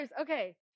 Okay